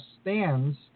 stands